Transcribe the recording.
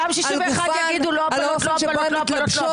אותם 61 יגידו לא הפלות, לא הפלות, לא הפלות.